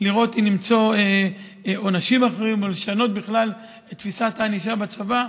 לראות אם למצוא עונשים אחרים או לשנות בכלל את תפיסת הענישה בצבא.